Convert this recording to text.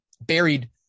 buried